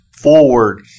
forward